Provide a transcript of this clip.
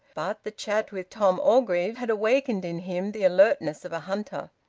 but the chat with tom orgreave had awakened in him the alertness of a hunter.